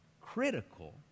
critical